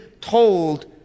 told